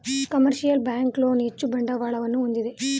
commercial bank loan ಹೆಚ್ಚು ಬಂಡವಾಳವನ್ನು ಹೊಂದಿದೆ